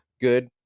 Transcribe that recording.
Good